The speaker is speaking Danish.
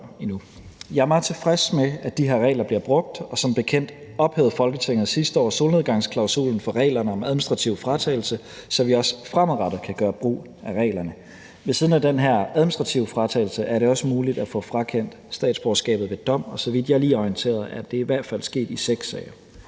Jeg er meget tilfreds med, at de her regler bliver brugt, og som bekendt ophævede Folketinget sidste år solnedgangsklausulen for reglerne om administrativ fratagelse, så vi også fremadrettet kan gøre brug af reglerne. Ved siden af den her administrative fratagelse er det også muligt at få frakendt statsborgerskabet ved dom, og så vidt jeg lige er orienteret, er det i hvert fald sket i seks sager.